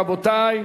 רבותי,